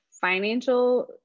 financial